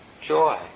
joy